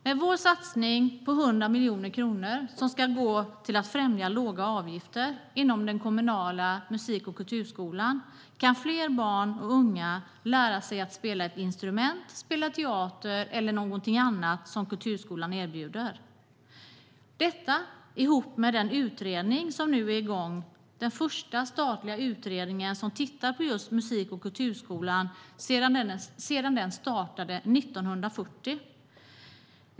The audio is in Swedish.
Med vår satsning på 100 miljoner kronor, som ska gå till att främja låga avgifter inom den kommunala musik och kulturskolan, kan fler barn och unga lära sig att spela ett instrument, spela teater eller göra något annat som kulturskolan erbjuder. Detta ska ske samtidigt med den första statliga utredningen som ska titta på musik och kulturskolan sedan starten 1940.